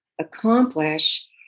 accomplish